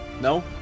no